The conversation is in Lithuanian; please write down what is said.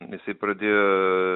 jisai pradėjo